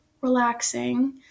relaxing